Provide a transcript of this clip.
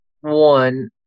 one